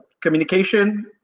Communication